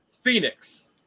Phoenix